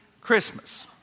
Christmas